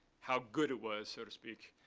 how good it was, so to speak,